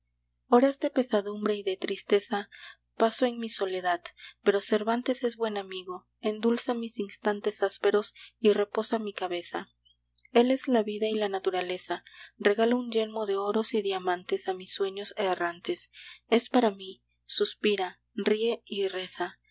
de pesadumbre y de tristeza paso en mi soledad pero cervantes es buen amigo endulza mis instantes ásperos y reposa mi cabeza él es la vida y la naturaleza regala un yelmo de oros y diamantes a mis sueños errantes es para mí suspira ríe y reza